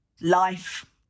Life